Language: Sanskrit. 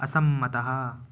असम्मतः